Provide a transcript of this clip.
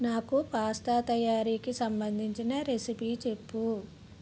నాకు పాస్తా తయారీకి సంబంధించిన రెసిపీ చెప్పు